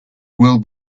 will